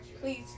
Please